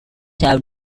have